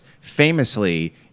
famously